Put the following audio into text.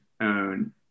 own